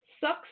Sucks